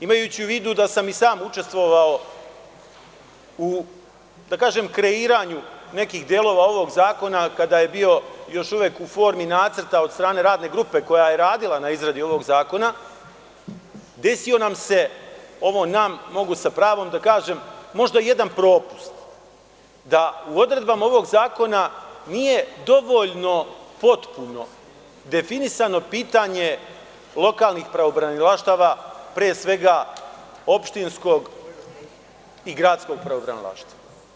Imajući u vidu da sam i sam učestvovao u kreiranju nekih delova ovog zakona, kada je bio još u formi nacrta od strane radne grupe koja je radila na izradi ovog zakona, desio nam se jedan propust da u odredbama ovog zakona nije dovoljno potpuno definisano pitanje lokalnih pravobranilaštava, pre svega opštinskog i gradskog pravobranilaštva.